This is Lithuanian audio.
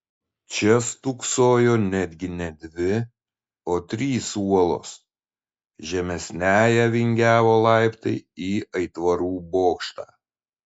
čia stūksojo netgi ne dvi o trys uolos žemesniąja vingiavo laiptai į aitvarų bokštą